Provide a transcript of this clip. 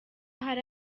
hari